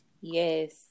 Yes